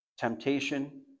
temptation